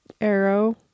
Arrow